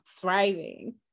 thriving